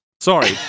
Sorry